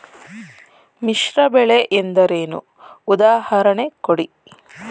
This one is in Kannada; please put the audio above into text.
ಮಿಶ್ರ ಬೆಳೆ ಎಂದರೇನು, ಉದಾಹರಣೆ ಕೊಡಿ?